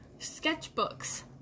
sketchbooks